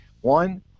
One